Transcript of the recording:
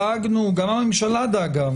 דאגנו וגם הממשלה דאגה,